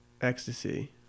ecstasy